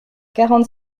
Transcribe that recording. quarante